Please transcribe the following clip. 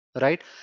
right